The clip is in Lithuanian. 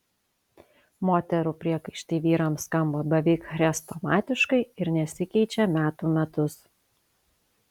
moterų priekaištai vyrams skamba beveik chrestomatiškai ir nesikeičia metų metus